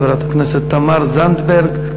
חברת הכנסת תמר זנדברג,